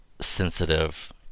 sensitive